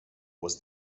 was